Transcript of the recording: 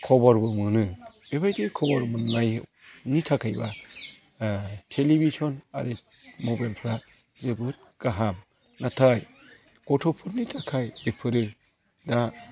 खबरबो मोनो बेबायदि खबर मोननायनि थाखायबा तेलिभिसन आरो मबाइलफोरा जोबोद गाहाम नाथाय गथ'फोरनि थाखाय बेफोरो दा